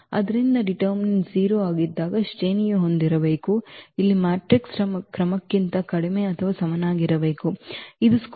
ಆದ್ದರಿಂದ ನಿರ್ಣಾಯಕ A 0 ಆಗಿದ್ದಾಗ ಶ್ರೇಣಿಯು ಹೊಂದಿರಬೇಕು ಇಲ್ಲಿ ಮ್ಯಾಟ್ರಿಕ್ಸ್ನ ಕ್ರಮಕ್ಕಿಂತ ಕಡಿಮೆ ಅಥವಾ ಸಮನಾಗಿರಬೇಕು ಇದು ಚದರ ಮ್ಯಾಟ್ರಿಕ್ಸ್